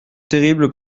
terrible